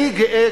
אני גאה,